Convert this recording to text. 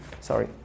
Sorry